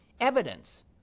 evidence